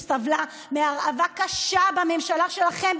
שסבלה מהרעבה קשה בממשלה שלכם,